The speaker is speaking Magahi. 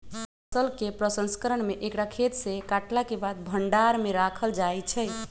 फसल के प्रसंस्करण में एकरा खेतसे काटलाके बाद भण्डार में राखल जाइ छइ